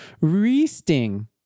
resting